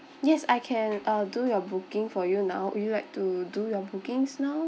yes I can uh do your booking for you now would you like to do your bookings now